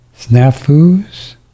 snafus